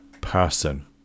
person